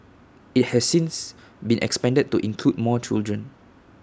IT has since been expanded to include more children